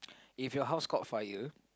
if your house caught fire